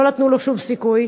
לא נתנו לו שום סיכוי,